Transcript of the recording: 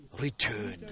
return